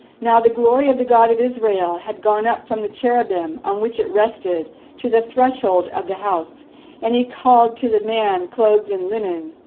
now the glory of the god of israel had gone up from the cherubim on which it rested to the threshold of the house and he called to the man clothed in linen,